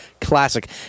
classic